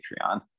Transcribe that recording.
patreon